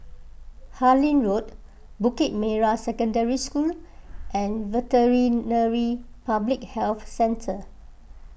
Harlyn Road Bukit Merah Secondary School and Veterinary Public Health Centre